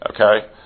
Okay